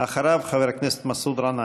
ואחריו, חבר הכנסת מסעוד גנאים.